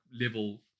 level